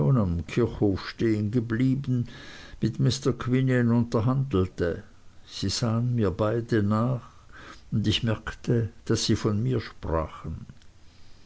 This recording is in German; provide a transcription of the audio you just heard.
am kirchhof stehengeblieben mit mr quinion unterhandelte sie sahen mir beide nach und ich merkte daß sie von mir sprachen